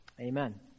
Amen